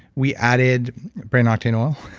we added brain octane oil